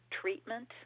treatment